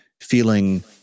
feeling